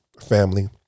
family